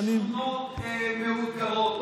בשכונות מאותגרות.